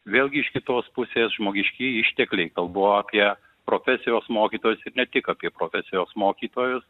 vėlgi iš kitos pusės žmogiškieji ištekliai kalbu apie profesijos mokytojus ne tik apie profesijos mokytojus